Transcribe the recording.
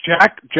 Jack